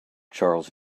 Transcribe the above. charles